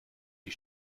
die